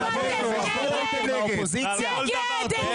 הצבעתם נגד.